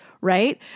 right